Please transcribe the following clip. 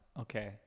Okay